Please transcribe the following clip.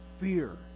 Fear